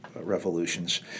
revolutions